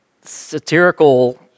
satirical